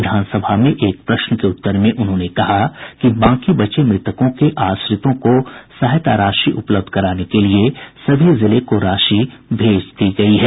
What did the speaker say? विधानसभा में एक प्रश्न के उत्तर में उन्होंने कहा कि बाकी बचे मृतकों के आश्रितों को सहायता राशि उपलब्ध कराने के लिए सभी जिले को राशि भेज दी गयी है